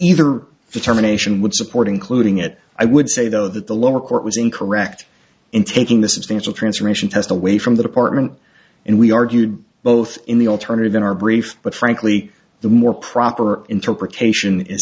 either determination would support including it i would say though that the lower court was incorrect in taking the substantial transformation test away from the department and we argued both in the alternative in our brief but frankly the more proper interpretation is